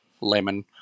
lemon